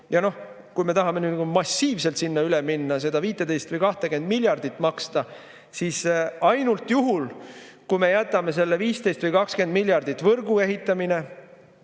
Ja noh, kui me tahame massiivselt sinna üle minna, seda 15 või 20 miljardit maksta, siis ainult juhul, kui me jätame selle 15 või 20 miljardit, mis võrgu ehitamine,